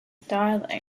darling